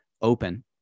open